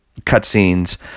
cutscenes